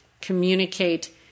communicate